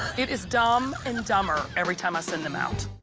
it is dumb and dumber every time i send them out.